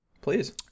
Please